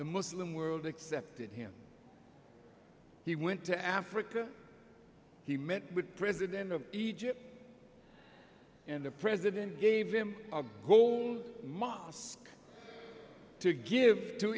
the muslim world accepted him he went to africa he met with president of egypt and the president gave him a whole mosque to give to